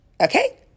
okay